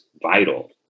Vital